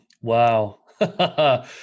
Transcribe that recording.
Wow